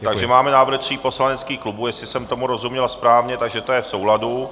Takže máme návrh tří poslaneckých klubů, jestli jsem tomu rozuměl správně, takže to je v souladu.